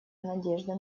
надежды